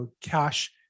cash